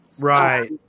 Right